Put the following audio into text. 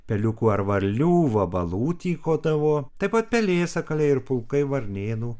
peliukų ar varlių vabalų tykodavo taip pat pelėsakaliai ir pulkai varnėnų